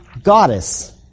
goddess